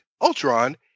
Ultron